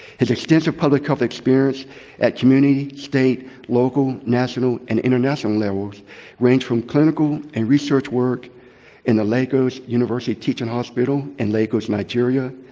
his extensive public health experience at community, state, local, national, and international levels range from clinical and research work in the lagos university teaching hospital in lagos, nigeria,